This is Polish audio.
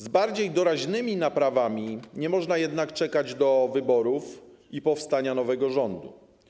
Z bardziej doraźnymi naprawami nie można jednak czekać do wyborów i powstania nowego rządu.